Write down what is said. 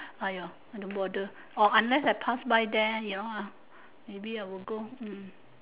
!aiya! I don't bother or unless I pass by there you know ah maybe I will go hmm